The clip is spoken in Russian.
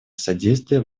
содействие